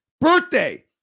birthday